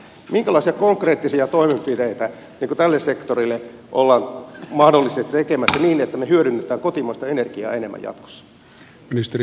minkälaisia konkreettisia toimenpiteitä tälle sektorille ollaan mahdollisesti tekemässä niin että me hyödynnämme kotimaista energiaa enemmän jatkossa